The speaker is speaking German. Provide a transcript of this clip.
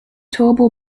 turbo